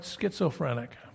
schizophrenic